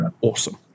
awesome